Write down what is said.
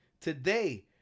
today